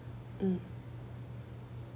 mm